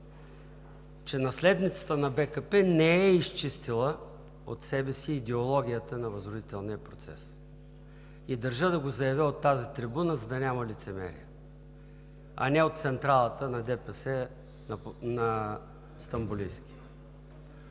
че наследницата на БКП не е изчистила от себе си идеологията на възродителния процес. Държа да го заявя от тази трибуна, за да няма лицемерие, а не от централата на ДПС на „Стамболийски“.